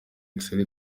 excella